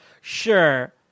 Sure